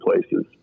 places